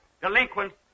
delinquents